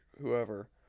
whoever